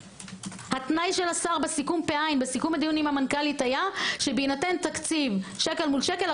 התנאי של השר בסיכום עם המנכ"לית היה שבהינתן תקציב שקל מול שקל,